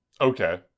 Okay